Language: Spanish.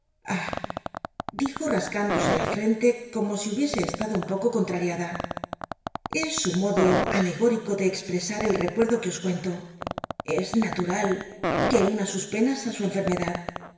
rasc ndose la frente como si hubiese estado un poco contariada es su modo alegórico de expresar el ecucrdo que os cuento es natural que una sus penas ü su enfermedad